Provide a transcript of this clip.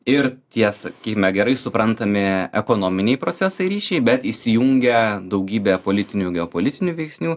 ir tiesa ki na gerai suprantami ekonominiai procesai ryšiai bet įsijungia daugybė politinių geopolitinių veiksnių